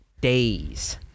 days